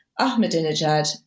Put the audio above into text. Ahmadinejad